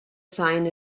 sign